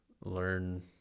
learn